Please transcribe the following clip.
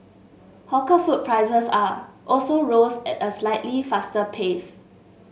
hawker food prices are also rose at a slightly faster pace